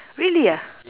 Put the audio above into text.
really ah